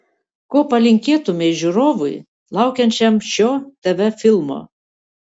ko palinkėtumei žiūrovui laukiančiam šio tv filmo